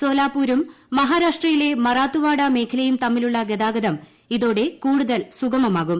സോലാപൂരും മഹാരാഷ്ട്രയിലെ മറാത്തുവാട മേഖലയും തമ്മിലുള്ള ഗതാഗതം ഇതോടെ കൂടുതൽ സുഗമമാകും